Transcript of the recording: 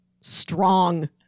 Strong